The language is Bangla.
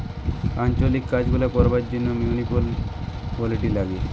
আঞ্চলিক কাজ গুলা করবার জন্যে মিউনিসিপালিটি লাগে